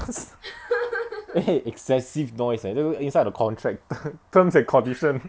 eh excessive noise eh you know inside the contract terms and conditions